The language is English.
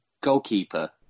goalkeeper